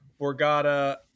Borgata